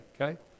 okay